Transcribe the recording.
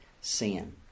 sin